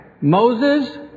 Moses